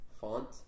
font